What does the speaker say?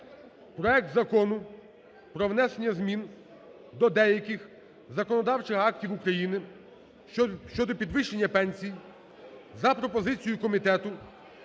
проект Закону про внесення змін до деяких законодавчих актів України (щодо підвищення пенсій) за пропозицією комітету